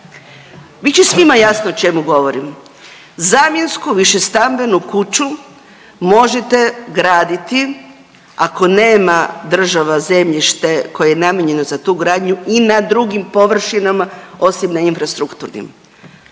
će svima jasno o čemu govorim, zamjensku višestambenu kuću možete graditi, ako nema država zemljište koje je namijenjeno za tu gradnju, i na drugim površinama osim na infrastrukturnim.